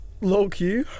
Low-key